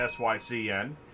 SYCN